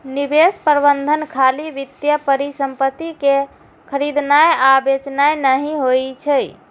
निवेश प्रबंधन खाली वित्तीय परिसंपत्ति कें खरीदनाय आ बेचनाय नहि होइ छै